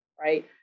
right